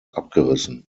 abgerissen